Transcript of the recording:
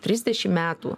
trisdešim metų